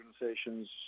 organizations